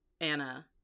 Anna